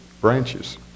branches